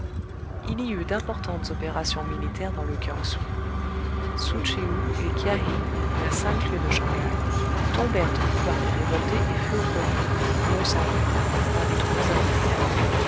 il y eut d'importantes opérations militaires dans le kiang sou sou tchéou et kia hing à cinq lieues de shang haï tombèrent au pouvoir des révoltés et furent repris non sans peine par les troupes impériales